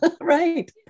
right